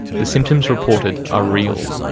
the symptoms reported are real,